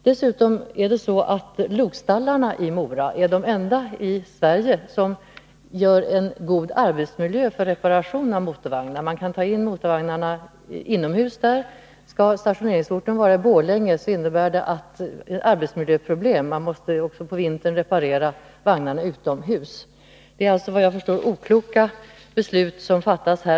Dessutom är det så att lokstallarna i Mora är de enda i Sverige som utgör en god arbetsmiljö för reparation av motorvagnar. Man kan där ta in motorvagnarna inomhus. Skall stationeringsorten vara Borlänge innebär det arbetsmiljöproblem — man måste också på vintern reparera vagnarna utomhus. Det är alltså, såvitt jag förstår, okloka beslut som här fattas.